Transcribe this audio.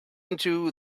into